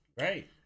Right